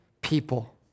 people